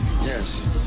Yes